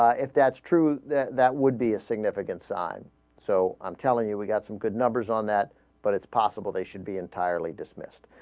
ah if that's true that that would be a significant side so i'm telling you we got some good numbers on that but it's possible they should be entirely dismissed